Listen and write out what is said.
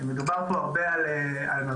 מדובר פה הרבה על מרחב